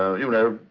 ah you know,